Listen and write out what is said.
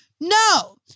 No